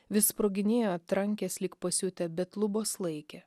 vis sproginėjo trankės lyg pasiutę bet lubos laikė